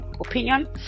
opinion